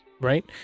right